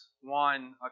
one